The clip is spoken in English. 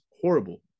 horrible